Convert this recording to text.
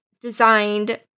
Designed